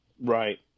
Right